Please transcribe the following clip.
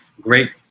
great